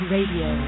Radio